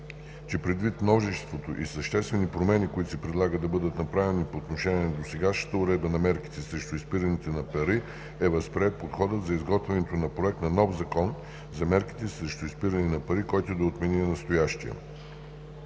че предвид множеството и съществени промени, които се предлага да бъдат направени по отношение на досегашната уредба на мерките срещу изпирането на пари, е възприет подходът за изготвянето на проект на нов Закон за мерките срещу изпирането на пари, който да отмени настоящия.